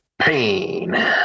pain